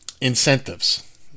incentives